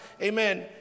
Amen